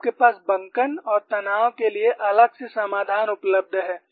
आपके पास बंकन और तनाव के लिए अलग से समाधान उपलब्ध है